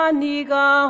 Aniga